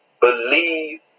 Believe